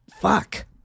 fuck